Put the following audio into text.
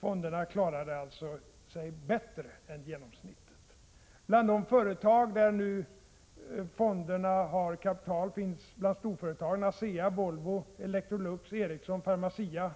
Fonderna klarade sig alltså bättre än genomsnittet. Av de företag där fonderna nu har kapital finns bland storföretagen ASEA, Volvo, Electrolux, Ericsson, Pharmacia, och